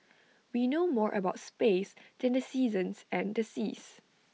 we know more about space than the seasons and the seas